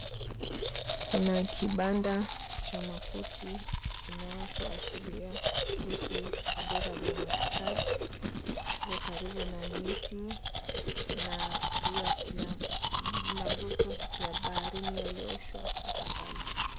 Kuna kibanda cha makuti kinachashiria Lucys Adorable Massage kikiwa karibu na miti, na pia kuna magugu ya baharini yaliyooshwa mpaka pale.